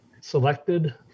selected